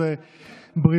וכן בעתירות